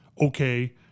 okay